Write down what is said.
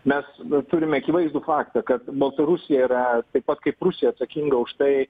mes turime akivaizdų faktą kad baltarusija yra taip pat kaip rusija atsakinga už tai